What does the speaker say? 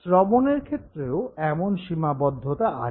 শ্রবণের ক্ষেত্রেও এমন সীমাবদ্ধতা আছে